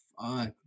fuck